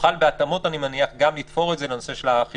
נוכל בהתאמות גם לתפור את זה לנושא של החידושים.